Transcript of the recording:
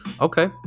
Okay